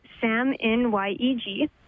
SamNYEG